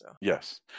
Yes